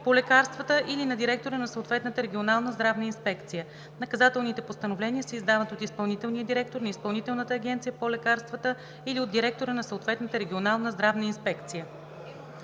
по лекарствата или на директора на съответната регионална здравна инспекция. Наказателните постановления се издават от изпълнителния директор на Изпълнителната агенция по лекарствата или от директора на съответната регионална здравна инспекция.“